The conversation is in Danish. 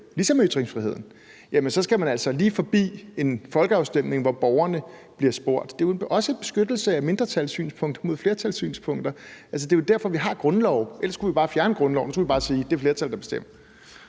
med ytringsfriheden, skal man altså lige forbi en folkeafstemning, hvor borgerne bliver spurgt. Det er jo også en beskyttelse af et mindretals synspunkt mod flertallets synspunkter. Altså, det er jo derfor, vi har grundlove. Ellers kunne vi fjerne grundloven og bare sige, at det er flertallet, der bestemmer.